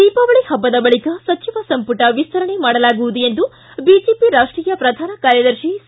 ದೀಪಾವಳಿ ಹಬ್ಬದ ಬಳಿಕ ಸಚಿವ ಸಂಪುಟ ವಿಸ್ತರಣೆ ಮಾಡಲಾಗುವುದು ಎಂದು ಬಿಜೆಪಿ ರಾಷ್ಷೀಯ ಪ್ರಧಾನ ಕಾರ್ಯದರ್ಶಿ ಸಿ